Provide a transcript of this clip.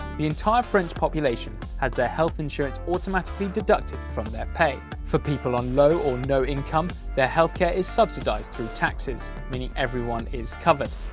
the entire french population has their health insurance automatically deducted from their pay. for people on low or no income, their health care is subsidized through taxes, meaning everyone is covered.